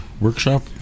workshop